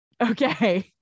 Okay